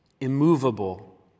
immovable